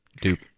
Dupe